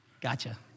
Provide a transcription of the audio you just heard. Gotcha